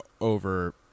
over